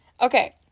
Okay